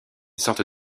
sorte